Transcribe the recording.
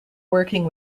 working